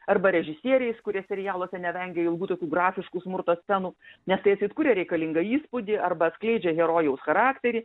arba režisieriais kurie serialuose nevengia ilgų tokių grafiškų smurto scenų nes tai atseit kuria reikalingą įspūdį arba atskleidžia herojaus charakterį